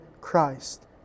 Christ